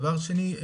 דבר שני,